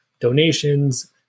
donations